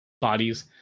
bodies